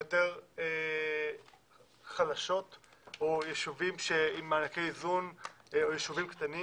היותר חלשות או ישובים עם מענקי איזון או ישובים קטנים